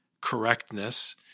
correctness